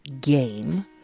game